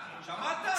שמעת?